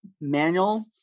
Manual